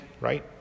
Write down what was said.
right